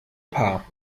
paar